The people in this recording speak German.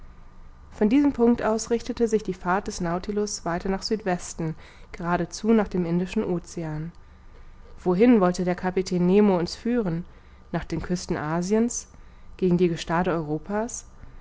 von diesem punkt aus richtete sich die fahrt des nautilus weiter nach südwesten geradezu nach dem indischen ocean wohin wollte der kapitän nemo uns führen nach den küsten asiens gegen die gestade europa's